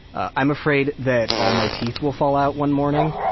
i'm afraid that all my teeth will fall out one morning.